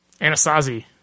Anasazi